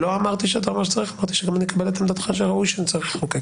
אמרתי שגם אני מקבל את עמדתך שראוי שנצטרך לחוקק.